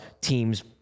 teams